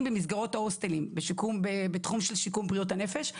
במסגרות ההוסטלים בתחום של שיקום בריאות הנפש.